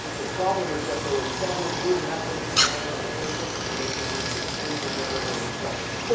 the problem is that there are several good methods to do statistics and they produce extremely variable results.